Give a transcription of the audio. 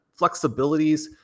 flexibilities